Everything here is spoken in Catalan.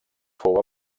fou